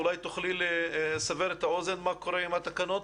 אולי תוכלי לסבר את האוזן מה קורה עם התקנות?